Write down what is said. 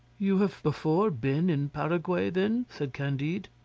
you have before been in paraguay, then? said candide.